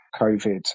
COVID